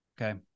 Okay